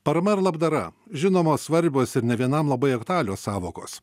parama ar labdara žinomos svarbios ir ne vienam labai aktualios sąvokos